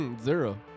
Zero